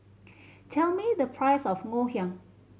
tell me the price of Ngoh Hiang